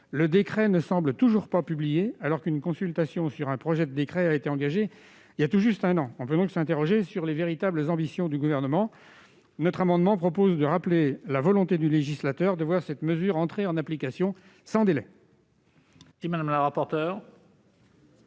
article ne semble toujours pas publié, alors qu'une consultation sur un projet de décret a été engagée il y a tout juste un an. On peut donc s'interroger sur les véritables ambitions du Gouvernement. Notre amendement vise à rappeler la volonté du législateur de voir cette mesure entrer en application sans délai. Quel est l'avis de